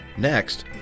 Next